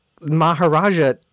Maharaja